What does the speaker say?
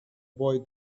boy